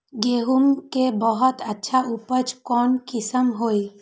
गेंहू के बहुत अच्छा उपज कौन किस्म होई?